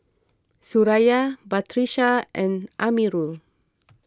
Suraya Batrisya and Amirul